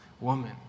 Woman